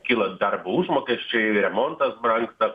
kylant darbo užmokesčiui remontas brangsta